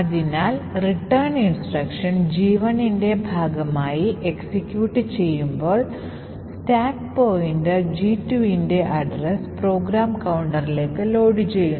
അതിനാൽ റിട്ടേൺ നിർദ്ദേശം G1 ന്റെ ഭാഗമായി എക്സിക്യൂട്ട് ചെയ്യുമ്പോൾ സ്റ്റാക്ക് പോയിന്റർ G2 ന്റെ വിലാസം പ്രോഗ്രാം കൌണ്ടറിലേക്ക് ലോഡുചെയ്യുന്നു